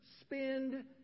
spend